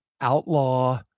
outlaw